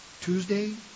Tuesday